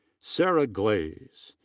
sarah glaze.